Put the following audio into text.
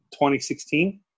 2016